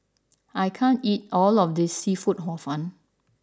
I can't eat all of this Seafood Hor Fun